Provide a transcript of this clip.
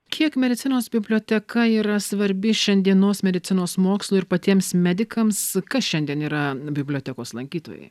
kiek medicinos biblioteka yra svarbi šiandienos medicinos mokslui ir patiems medikams kas šiandien yra bibliotekos lankytojai